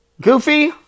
goofy